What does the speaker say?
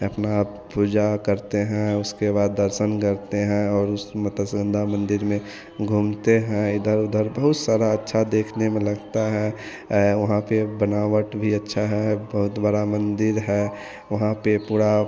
अपना पूजा करते हैं उसके बाद दर्शन करते हैं और उस मत्स्यगंधा मंदिर में घूमते हैं इधर उधर बहुत सारा अच्छा देखने में लगता है वहाँ पर बनावट भी अच्छा है बहुत बड़ा मंदिर है वहाँ पर पूरा